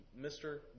Mr